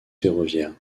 ferroviaire